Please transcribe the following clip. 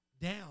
down